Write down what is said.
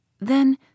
Then